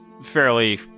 fairly